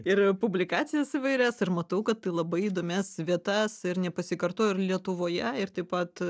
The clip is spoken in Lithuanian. ir publikacijas įvairias ir matau kad į labai įdomias vietas ir nepasikartojo ir lietuvoje ir taip pat